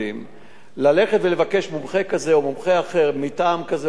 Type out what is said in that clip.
ללכת ולבקש מומחה כזה או מומחה אחר מטעם כזה או מטעם אחר,